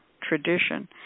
tradition